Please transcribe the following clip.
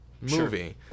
movie